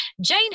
Jane